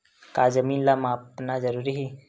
का जमीन ला मापना जरूरी हे?